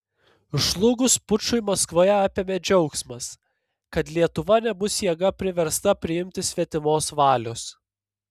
žlugus pučui maskvoje apėmė džiaugsmas kad lietuva nebus jėga priversta priimti svetimos valios